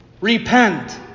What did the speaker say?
Repent